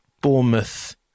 Bournemouth